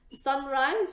Sunrise